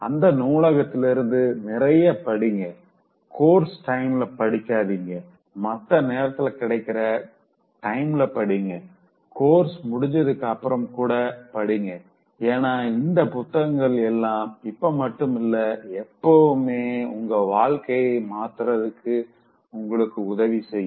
அந்த நூலகத்திலிருந்து நிறைய படிங்க கோர்ஸ் டைம்ல படிக்காதீங்க மத்த நேரத்துல கிடைக்கிற டைம்ல படிங்க கோர்ஸ் முடிஞ்சதுக்கு அப்புறம் கூட படிங்க ஏனா இந்த புத்தகங்கள் எல்லாம் இப்ப மட்டும் இல்ல எப்பவுமே உங்க வாழ்க்கைய மாத்தறதுக்கு உங்களுக்கு உதவி செய்யும்